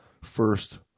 first